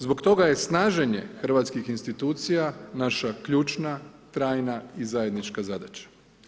Zbog toga je snaženje hrvatskih institucija naša ključna, trajna i zajednička zadaća.